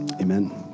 Amen